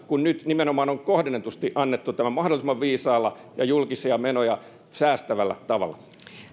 kun nyt tämä on nimenomaan annettu kohdennetusti mahdollisimman viisaalla ja julkisia menoja säästävällä tavalla